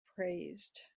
praised